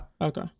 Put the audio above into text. Okay